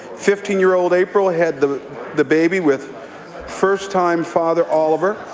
fifteen-year-old april had the the baby with first-time father oliver,